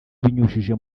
ibinyujije